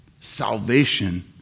Salvation